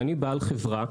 ואני בעל חברה,